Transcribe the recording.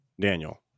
Daniel